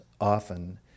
often